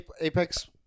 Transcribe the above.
Apex